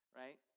right